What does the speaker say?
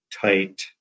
tight